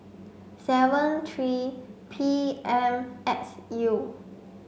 seven three P M X U